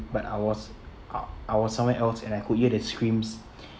but I was I I was somewhere else and I could hear the screams